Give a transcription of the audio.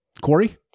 Corey